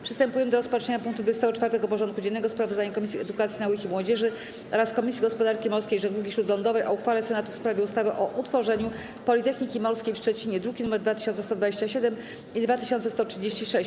Przystępujemy do rozpatrzenia punktu 24. porządku dziennego: Sprawozdanie Komisji Edukacji, Nauki i Młodzieży oraz Komisji Gospodarki Morskiej i Żeglugi Śródlądowej o uchwale Senatu w sprawie ustawy o utworzeniu Politechniki Morskiej w Szczecinie (druki nr 2127 i 2136)